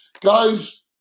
guys